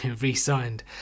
re-signed